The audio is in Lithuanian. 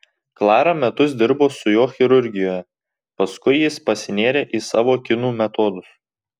klara metus dirbo su juo chirurgijoje paskui jis pasinėrė į savo kinų metodus